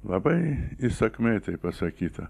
labai įsakmiai tai pasakyta